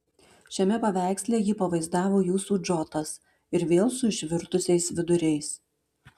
šiame paveiksle jį pavaizdavo jūsų džotas ir vėl su išvirtusiais viduriais